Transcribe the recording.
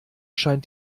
scheint